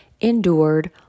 endured